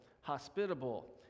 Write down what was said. hospitable